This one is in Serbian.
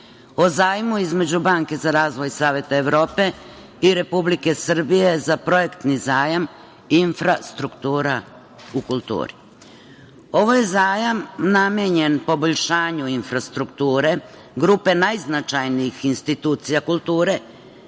o zajmu između Banke za razvoj Saveta Evrope i Republike Srbije za projektni zajam „Infrastruktura u kulturi“.Ovo je zajam namenjen poboljšanju infrastrukture grupe najznačajnijih institucija kulture,